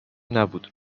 نبود